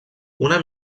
una